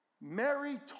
Mary